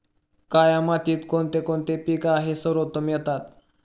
काया मातीत कोणते कोणते पीक आहे सर्वोत्तम येतात?